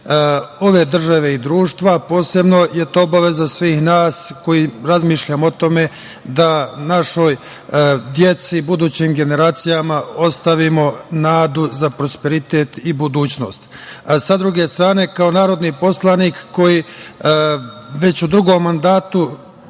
ove države i društva, posebno je to obaveza svih nas koji razmišljamo o tome da našoj deci, budućim generacijama ostavimo nadu za prosperitet i budućnost.S druge strane, kao narodni poslanik koji već u drugom mandatu